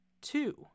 two